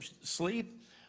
sleep